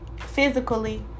physically